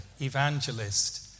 evangelist